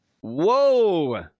Whoa